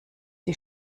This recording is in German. die